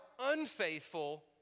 unfaithful